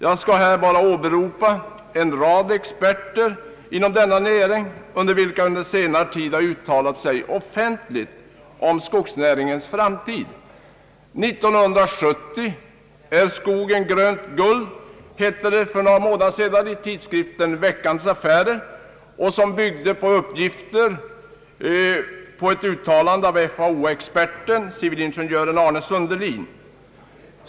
Jag skall här bara åberopa en rad experter inom denna näring, vilka under senare tid uttalat sig offentligt om skogsnäringens framtid. »1970 är skogen grönt guld igen», hette det för några månader sedan i tid Ang. sysselsättningsläget i Ådalen skriften Veckans Affärer som byggde på ett uttalande av FAO-experten, civilingenjören Arne Sundelin.